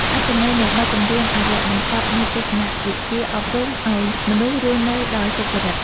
អត្ថន័យនៃបទចម្រៀងអារក្ស បង្កប់នូវទស្សនវិជ្ជាអប់រំឱ្យមនុស្សរស់នៅដោយសុចរិត។